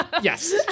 Yes